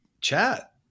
chat